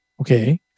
Okay